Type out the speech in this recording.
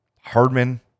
Hardman